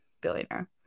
Billionaire